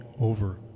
over